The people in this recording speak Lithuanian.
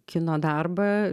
kino darbą